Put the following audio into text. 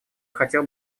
хотел